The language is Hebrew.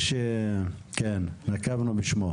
לא.